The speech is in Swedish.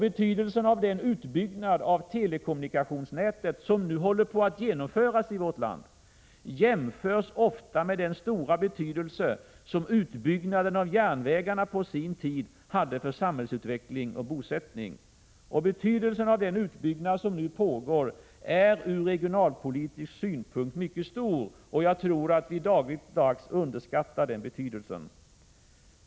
Betydel sen av den utbyggnad av telekommunikationsnätet som nu håller på att genomföras i vårt land jämförs ofta med den stora betydelse som utbyggnaden av järnvägarna på sin tid hade för samhällsutveckling och bosättning. Vikten av den utbyggnad som nu pågår är ur regionalpolitisk synpunkt mycket stor och jag tror att vi underskattar den.